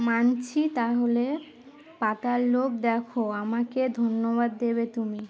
মানছি তাহলে পাতাল লোক দেখো আমাকে ধন্যবাদ দেবে তুমি